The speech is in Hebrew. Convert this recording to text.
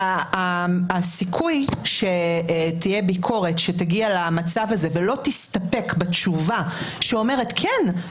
הסיכוי שתהיה ביקורת שתגיע למצב הזה ולא תסתפק בתשובה שאומרת: כן,